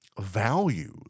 values